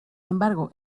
embargo